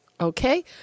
Okay